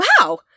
Wow